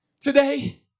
Today